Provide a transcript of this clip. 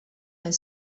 nel